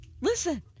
Listen